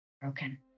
broken